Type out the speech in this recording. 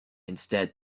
instead